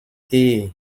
ehe